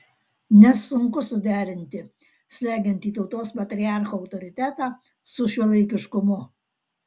nes sunku suderinti slegiantį tautos patriarcho autoritetą su šiuolaikiškumu